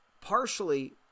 partially